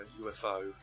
UFO